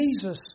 Jesus